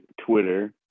Twitter